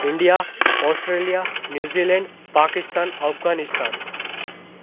India Australia New Zealand Pakistan Afghanistan